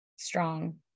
strong